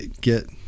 get